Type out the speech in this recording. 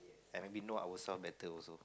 and maybe know ourselves better also